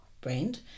brand